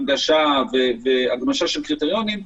הנגשה והגמשה של קריטריונים,